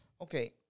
Okay